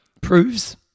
Proves